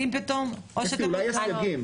כי אם פתאום, או שאתם רוצים?